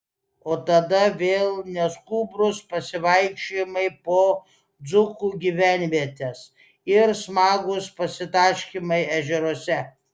o tada vėl neskubrūs pasivaikščiojimai po dzūkų gyvenvietes ir smagūs pasitaškymai ežeruose